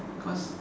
cause